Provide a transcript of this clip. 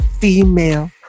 female